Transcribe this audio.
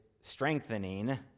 strengthening